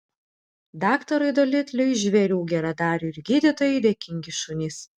daktarui dolitliui žvėrių geradariui ir gydytojui dėkingi šunys